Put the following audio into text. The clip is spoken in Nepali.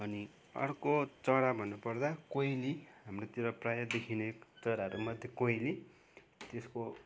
अनि अर्को चरा भन्नुपर्दा कोइली हाम्रोतिर प्रायः देखिने चराहरू मध्ये कोइली त्यसको